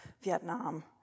Vietnam